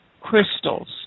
crystals